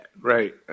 right